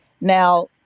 Now